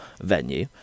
venue